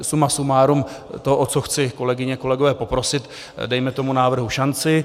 Suma sumárum to, o co chci, kolegyně, kolegové, poprosit dejme tomu návrhu šanci.